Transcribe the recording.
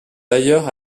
d’ailleurs